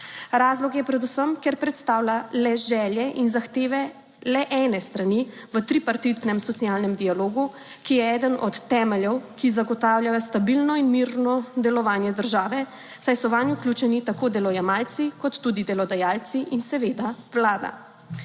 Razlog je predvsem, ker predstavlja le želje in zahteve le ene strani v tripartitnem socialnem dialogu, ki je eden od temeljev, ki zagotavljajo stabilno in mirno delovanje države, saj so vanj vključeni tako delojemalci kot tudi delodajalci in seveda Vlada.